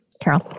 Carol